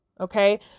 Okay